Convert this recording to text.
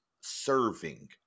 serving